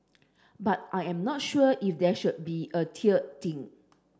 but I am not sure if there should be a tiered thing